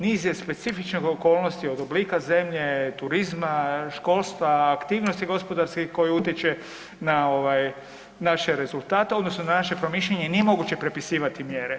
Niz je specifičnih okolnosti od oblika zemlje, turizma, školstva, aktivnosti gospodarskih koje utječe na naše rezultate, odnosno na naše promišljanje, nije moguće prepisivati mjere.